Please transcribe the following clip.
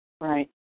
Right